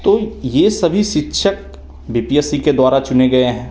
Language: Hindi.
तो ये सभी शिक्षक बी पी एस सी के द्वारा चुने गए हैं